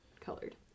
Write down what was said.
colored